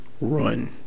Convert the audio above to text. run